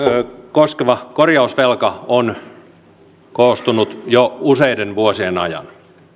koskeva korjausvelka on kertynyt jo useiden vuosien ajan